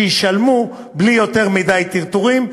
שישלמו בלי יותר מדי טרטורים.